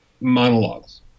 monologues